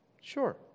Sure